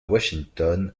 washington